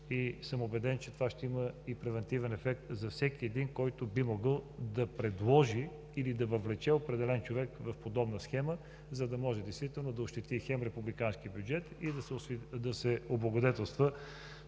съм, че това ще има и превантивен ефект за всеки един, който би могъл да предложи или да въвлече определен човек в подобна схема, за да може действително да ощети хем републиканския бюджет и да се облагодетелства